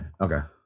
Okay